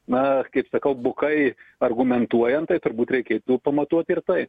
na kaip sakau bukai argumentuojant tai turbūt reikėtų pamatuot ir tai